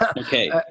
okay